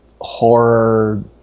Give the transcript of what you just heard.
horror